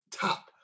top